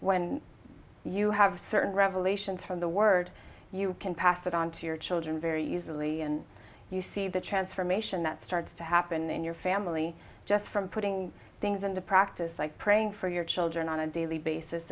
when you have certain revelations from the word you can pass it on to your children very easily and you see the transformation that starts to happen in your family just from putting things into practice like praying for your children on a daily basis